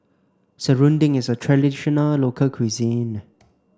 Serunding is a traditional local cuisine